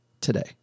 today